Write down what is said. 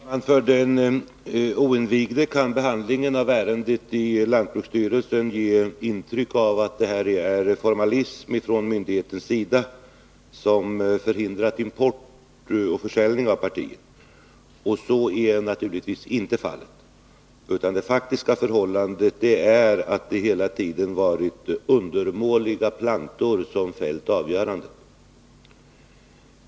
Fru talman! För den oinvigde kan behandlingen av ärendet i lantbruksstyrelsen ge intryck av att det varit formalism från myndighetens sida som förhindrat import och försäljning av partiet. Så är naturligtvis inte fallet, utan det faktiska förhållandet är att det hela tiden varit undermåliga plantor och att det fällt avgörandet.